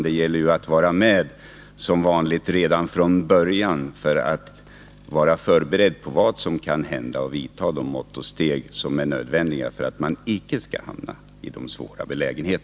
Det gäller som vanligt att vara med redan från början för att vara förberedd på vad som kan hända och vidta de mått och steg som är nödvändiga för att man icke skall hamna i samma svåra belägenhet.